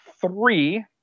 three